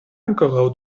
ankoraŭ